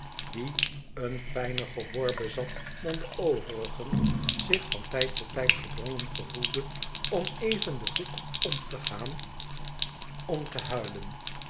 die een fijner gehoor bezat dan de overigen zich van tijd tot tijd gedrongen gevoelde om even den hoek om teaan om te huilen